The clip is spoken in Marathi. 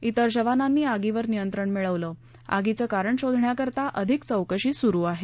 त्वेर जवानांनी आगीवर नियंत्रण मिळवले आगीचं कारण शोधण्याकरता आधिक चौकशी सुरु आहे